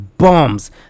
bombs